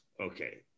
Okay